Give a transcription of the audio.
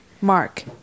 Mark